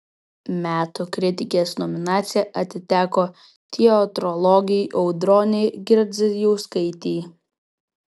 metų kritikės nominacija atiteko teatrologei audronei girdzijauskaitei